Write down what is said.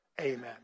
Amen